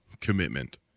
Commitment